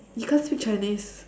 you can't speak chinese